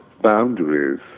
boundaries